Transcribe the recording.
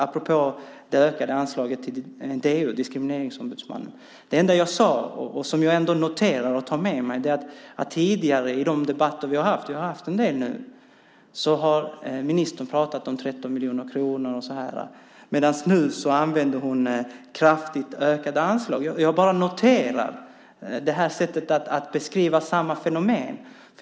Apropå det ökade anslaget till Diskrimineringsombudsmannen: Det enda jag sade är att i de debatter vi har haft tidigare - vi har haft en del nu - har ministern pratat om "13 miljoner kronor", medan hon nu säger "kraftigt ökade anslag". Jag bara noterar de olika sätten att beskriva samma fenomen.